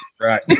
right